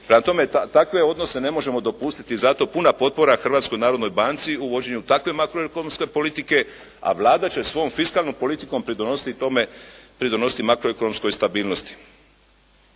Prema tome, takve odnose ne možemo dopustiti, zato puna potpora Hrvatskoj narodnoj banci u vođenu takve makroekonomske politike, a Vlada će svojom fiskalnom politikom pridonositi tome, pridonositi makroekonomskoj stabilnosti.